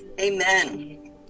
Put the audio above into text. Amen